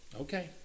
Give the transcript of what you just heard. Okay